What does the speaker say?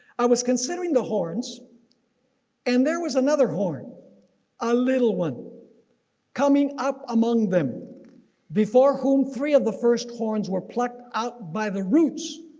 i was considering the horns and there was another horn a little one coming up among them before whom three of the first horns were plucked out by the roots.